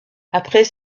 après